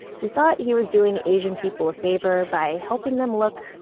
who thought he was doing asian people a favor by helping them look,